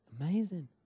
Amazing